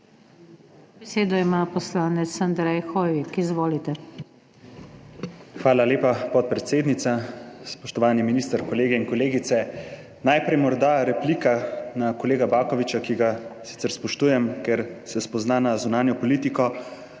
Besedo ima poslanec Andrej Hoivik. Izvolite. **ANDREJ HOIVIK (PS SDS**): Hvala lepa, podpredsednica. Spoštovani minister, kolegi in kolegice. Najprej morda replika na kolega Baković, ki ga sicer spoštujem, ker se spozna na zunanjo politiko.